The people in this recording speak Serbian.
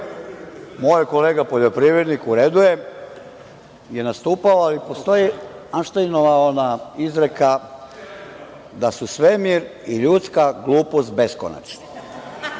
moj kolega poljoprivrednik, u redu je, je nastupao. Postoji ona Ajnštajnova izreka da su svemir i ljudska glupost beskonačni.